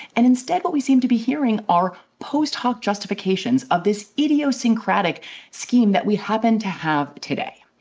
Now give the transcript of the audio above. and instead, what we seem to be hearing are post-hoc justifications of this idiosyncratic scheme that we happen to have today.